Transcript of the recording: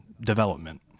development